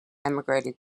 emigrated